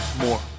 more